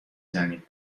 زنیم